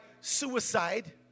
suicide